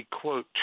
quote